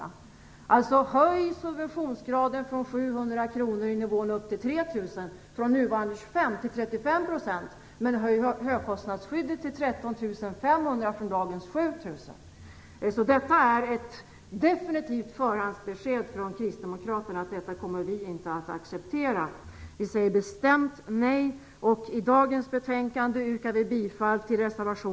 Det går alltså ut på att höja subventionsgraden i nivån från 700 kr upp till 3 000 kr från nuvarande 25 % till 35 %, men att höja högkostnadsskyddet från dagens 7 000 kr till 13 500 kr. Vi kristdemokrater kan lämna ett definitivt förhandsbesked om att vi inte kommer att acceptera detta. Vi säger bestämt nej och vi yrkar bifall till reservation 4 i dagens betänkande.